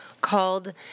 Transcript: called